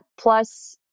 plus